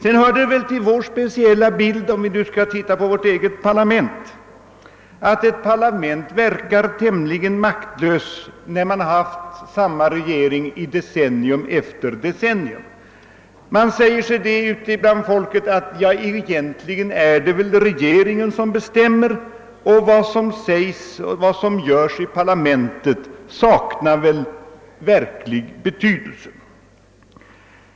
Sedan hör det väl till bilden — om vi nu skall titta på den speciella situationen för vårt eget parlament — att ett parlament verkar tämligen maktlöst när man haft samma regering i decennium efter decennium. Man säger sig ute bland folk att egentligen är det väl regeringen som bestämmer, och vad som sägs och görs i parlamentet saknar väl verklig betydelse.